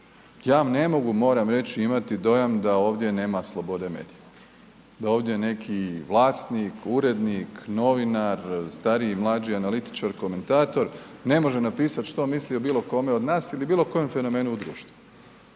Ja ne mogu mora reći imati dojam da ovdje nema slobode medija, da ovdje neki vlasnik, urednik, novinar, stariji, mlađi analitičar komentator ne može napisati što misli o bilo kome od nas ili bilo kojem fenomenu u društvu.